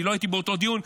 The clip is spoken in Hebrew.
אני לא הייתי באותו דיון,